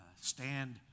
Stand